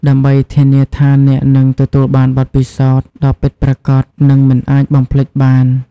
ដើម្បីធានាថាអ្នកនឹងទទួលបានបទពិសោធន៍ដ៏ពិតប្រាកដ និងមិនអាចបំភ្លេចបាន។